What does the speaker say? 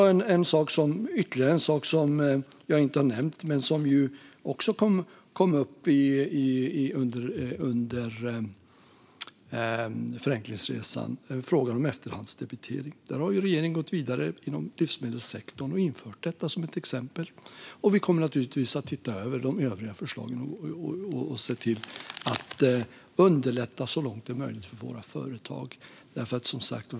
Det finns ytterligare en sak, som jag inte har nämnt men som också kom upp under Förenklingsresan: efterhandsdebitering. Det har regeringen gått vidare med och infört inom livsmedelssektorn, som ett exempel. Vi kommer naturligtvis att titta över de övriga förslagen och se till att underlätta så långt det är möjligt för våra företag.